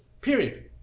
period